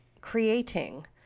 creating